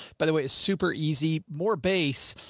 by the way, it's super easy, more bass.